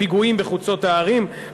פיגועים בחוצות הערים,